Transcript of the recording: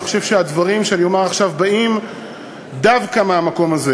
אני חושב שהדברים שאומר עכשיו באים דווקא מהמקום הזה,